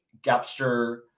Gapster